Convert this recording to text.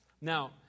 Now